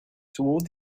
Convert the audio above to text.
toward